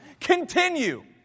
Continue